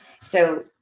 So-